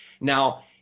Now